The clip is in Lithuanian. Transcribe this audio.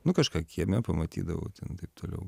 nu kažką kieme pamatydavau ten taip toliau